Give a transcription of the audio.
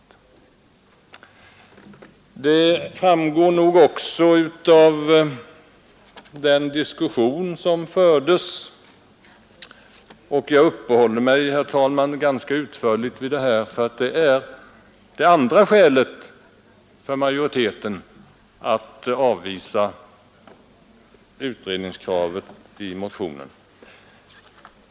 Det framgår också av den diskussion som fördes. Jag uppehåller mig, herr talman, ganska utförligt vid detta därför att det är det andra skälet för utskottsmajoriteten att avvisa utredningskravet i motionen.